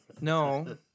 no